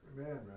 Amen